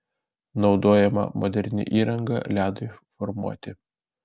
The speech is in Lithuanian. naudojama moderni įranga ledui formuoti